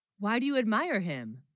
why, do you, admire him